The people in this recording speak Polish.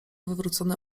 wywrócone